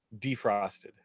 Defrosted